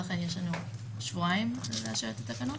בדרך כלל יש לנו שבועיים לאשר את התקנות.